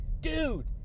dude